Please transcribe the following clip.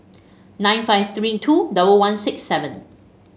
nine five three two double one six seven